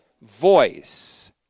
voice